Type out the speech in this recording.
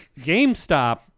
GameStop